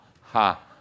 ha